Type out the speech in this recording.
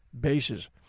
bases